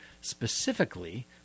specifically